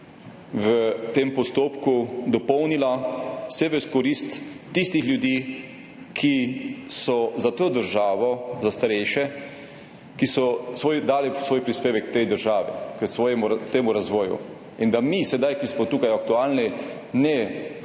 v tem postopku dopolnila vse v korist tistih ljudi, ki so za to državo, za starejše dali svoj prispevek, tej državi, temu razvoju. In da mi, ki smo tukaj aktualni, sedaj